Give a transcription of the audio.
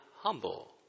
humble